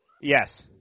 Yes